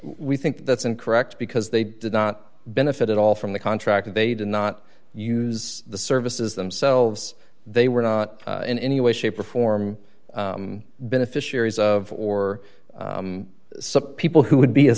we think that's incorrect because they did not benefit at all from the contract and they did not use the services themselves they were not in any way shape or form beneficiaries of or some people who would be a